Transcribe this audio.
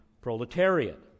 proletariat